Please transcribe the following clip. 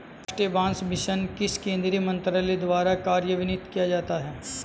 राष्ट्रीय बांस मिशन किस केंद्रीय मंत्रालय द्वारा कार्यान्वित किया जाता है?